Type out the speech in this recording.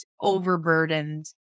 overburdened